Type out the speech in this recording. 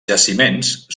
jaciments